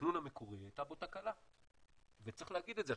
התכנון המקורי, הייתה בו תקלה וצריך להגיד את זה.